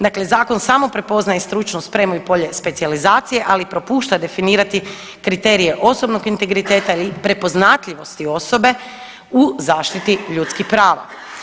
Dakle, zakon samo prepoznaje stručnu spremu i polje specijalizacije, ali propušta definirati kriterije osobnog integriteta i prepoznatljivosti osobe u zaštiti ljudskih prava.